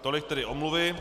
Tolik tedy omluvy.